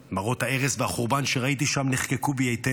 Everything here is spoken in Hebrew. מראות ההרס והחורבן שראיתי שם נחקקו בי היטב,